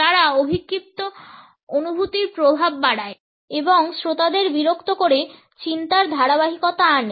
তারা অভিক্ষিপ্ত অনুভূতির প্রভাব বাড়ায় এবং শ্রোতাদের বিরক্ত করে চিন্তার ধারাবাহিকতা আনে